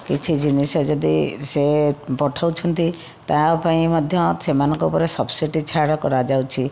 କିଛି ଜିନିଷ ଯଦି ସେ ପଠଉଛନ୍ତି ତାହା ପାଇଁ ମଧ୍ୟ ସେମାନଙ୍କ ଉପରେ ସବସିଡ଼ିଜ୍ ଛାଡ଼ କରାଯାଉଛି